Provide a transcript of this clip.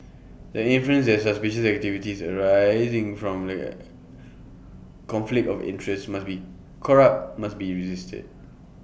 the inference that suspicious activities arising from A conflict of interest must be corrupt must be resisted